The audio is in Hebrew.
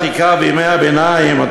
בעת העתיקה ובימי הביניים,